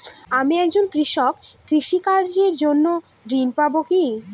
আমি একজন কৃষক কৃষি কার্যের জন্য ঋণ পাব কি?